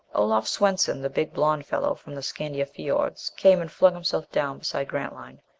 olaf swenson, the big blond fellow from the scandia fiords, came and flung himself down beside grantline.